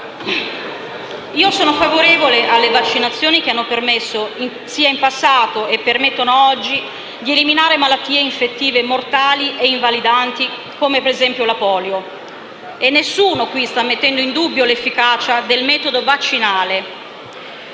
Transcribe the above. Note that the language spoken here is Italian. Io sono favorevole alle vaccinazioni, che hanno permesso in passato e permettono oggi, di eliminare malattie infettive mortali e invalidanti come ad esempio la poliomelite. Nessuno qui sta mettendo in dubbio l'efficacia del metodo vaccinale.